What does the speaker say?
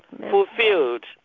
fulfilled